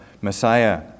Messiah